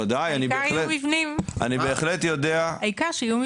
ודאי, אני בהחלט יודע --- העיקר שיהיו מבנים.